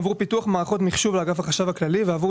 עבור פיתוח מערכות מחשוב לאגף החשב הכללי ועבור